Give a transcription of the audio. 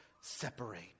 separate